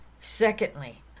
Secondly